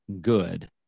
good